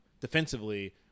defensively